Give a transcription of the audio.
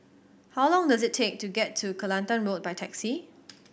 how long does it take to get to Kelantan Road by taxi